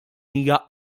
hija